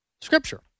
Scripture